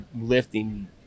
lifting